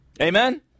Amen